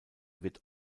wird